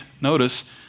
notice